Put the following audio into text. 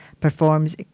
performs